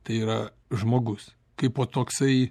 tai yra žmogus kaipo toksai